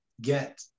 get